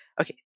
okay